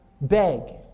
Beg